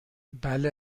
بله